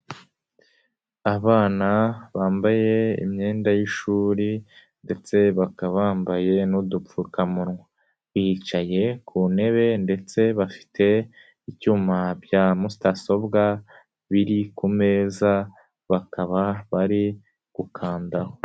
Abana bambaye imyenda y'ishuri ndetse bakaba bambaye n'udupfukamunwa, bicaye ku ntebe ndetse bafite icyuma bya mudasobwa biri ku meza, bakaba bari gukandaho.